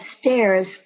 stairs